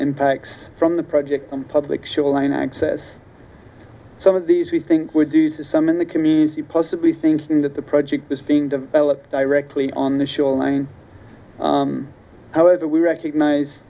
impacts from the project on public shoreline access some of these we think were due to some in the community possibly thinking that the project is being developed directly on the shoreline however we recogni